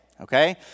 okay